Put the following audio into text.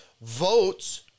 votes